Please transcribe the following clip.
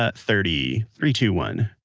ah thirty. three, two, one